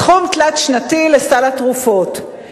סכום תלת-שנתי לסל התרופות,